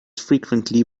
frequently